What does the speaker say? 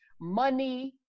money